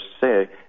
say